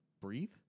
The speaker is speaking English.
breathe